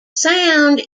sound